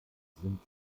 sind